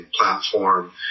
platform